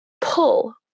pull